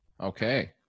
Okay